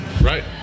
Right